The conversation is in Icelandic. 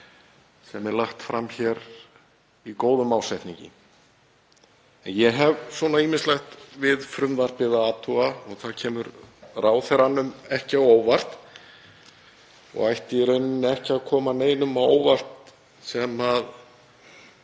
sem er lagt fram hér í góðum ásetningi. En ég hef ýmislegt við frumvarpið að athuga. Það kemur ráðherranum ekki á óvart og ætti í raun ekki að koma neinum á óvart sem